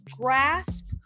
grasp